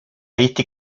été